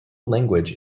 language